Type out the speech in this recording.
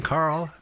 Carl